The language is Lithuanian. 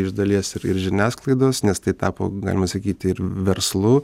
iš dalies ir ir žiniasklaidos nes tai tapo galima sakyti ir verslu